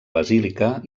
basílica